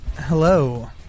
Hello